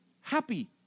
happy